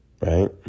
right